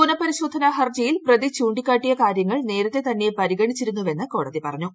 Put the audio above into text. പുനഃപരിശോധന ഹർജിയിൽ പ്രതി ചൂണ്ടിക്കാട്ടിയ കാര്യങ്ങൾ നേരത്തേ തന്നെ പരിഗണിച്ചിരുന്നുവെന്ന് കോടതി പറഞ്ഞു